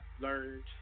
learned